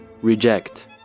Reject